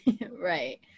Right